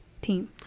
team